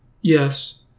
yes